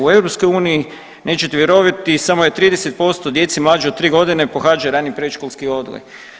U EU nećete vjerovati samo je 30% djece mlađe od 3 godine pohađa rani predškolski odgoj.